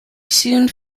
soon